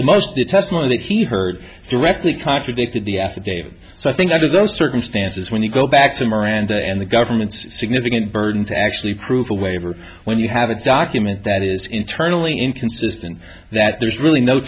that he heard directly contradicted the affidavit so i think under those circumstances when you go back to miranda and the government's significant burden to actually prove a waiver when you have a document that is internally inconsistent that there's really no